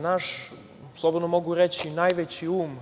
Naš, slobodno mogu reći, najveći um,